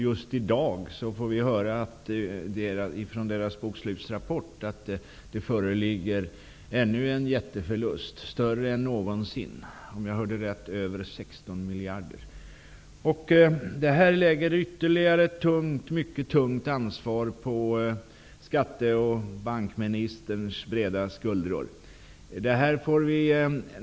Just i dag har vi med anledning av bankens bokslutsrapport fått höra att ännu en jätteförlust föreligger. Förlusten är större än någonsin. Om jag hört rätt uppgår den till mer än 16 miljarder. Detta lägger ytterligare mycket tungt ansvar på skatte och bankministerns breda skuldror.